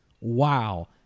Wow